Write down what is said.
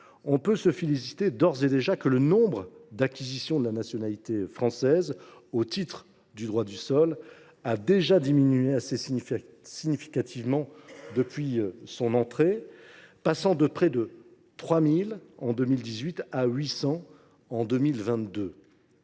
et déjà se féliciter que le nombre d’acquisitions de la nationalité française au titre du droit du sol ait diminué assez significativement depuis son entrée en vigueur, passant de près de 3 000 en 2018 à 800 en 2022.